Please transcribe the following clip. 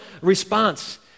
response